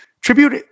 tribute